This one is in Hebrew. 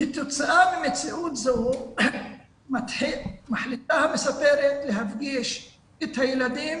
כתוצאה ממציאות זו מחליטה המספרת להפגיש את הילדים